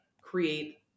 create